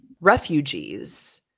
refugees